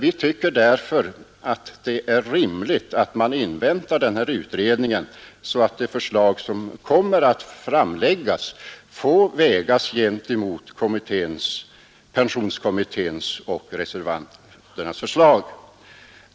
Vi tycker därför att det är rimligt att man inväntar resultatet av denna utredning, så att det förslag som kommer att framläggas får vägas mot pensionskommitténs och reservanternas förslag.